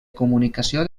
comunicació